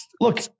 Look